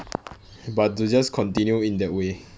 but to just continue in that way